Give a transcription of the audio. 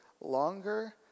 longer